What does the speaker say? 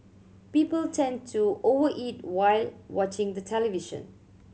people tend to over eat while watching the television